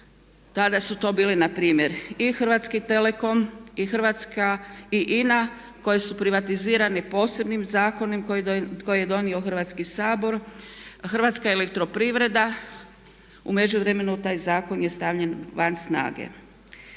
Tada su to bile npr. i Hrvatski telekom i Hrvatska i INA koje su privatizirane posebnim zakonom koji je donio Hrvatski sabor, Hrvatska elektroprivreda u međuvremenu taj zakon je stavljen van snage.